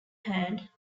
hand